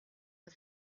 but